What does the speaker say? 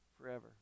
forever